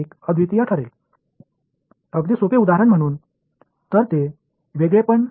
எனவே இந்த யூனிக்னஸ் தேற்றம் தெளிவாக உள்ளது